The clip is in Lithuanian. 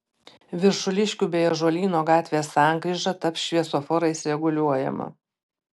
viršuliškių bei ąžuolyno gatvės sankryža taps šviesoforais reguliuojama